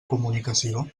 comunicació